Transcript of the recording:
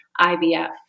IVF